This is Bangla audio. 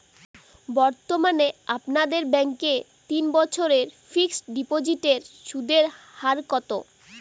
বর্তমানে আপনাদের ব্যাঙ্কে তিন বছরের ফিক্সট ডিপোজিটের সুদের হার কত?